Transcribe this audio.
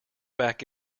back